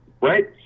right